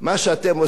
אדוני השר,